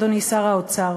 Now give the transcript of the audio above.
אדוני שר האוצר?